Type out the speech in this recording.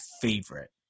favorite